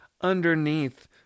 underneath